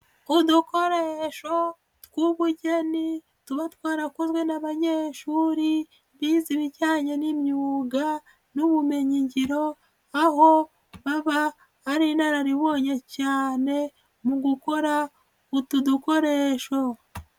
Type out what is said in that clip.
Udukoresho tw'ubugeni tuba twarakozwe n'abanyeshuri bize ibijyanye n'imyuga n'ubumenyingiro, aho baba ari inararibonye cyane mu gukora utu dukoresho.